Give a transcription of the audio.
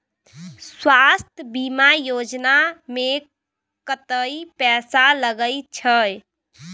स्वास्थ बीमा योजना में कत्ते पैसा लगय छै?